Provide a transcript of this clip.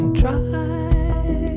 try